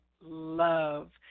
love